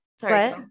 Sorry